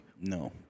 No